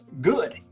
good